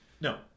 No